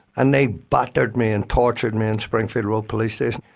and they battered me and tortured me in springfield road police station,